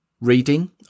Reading